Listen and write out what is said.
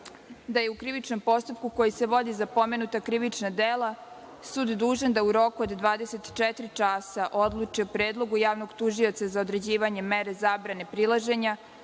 da je u krivičnom postupku, koji se vodi za pomenuta krivična dela, sud dužan da u roku od 24 časa odluči o predlogu javnog tužioca za određivanje mere zabrane prilaženja,